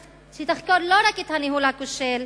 שתחקור לא רק את הניהול הכושל,